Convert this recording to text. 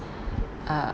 uh